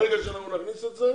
ברגע שאנחנו נכניס את זה,